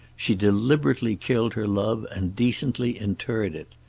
she deliberately killed her love and decently interred it.